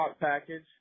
package